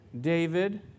David